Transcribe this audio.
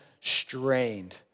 strained